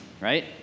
right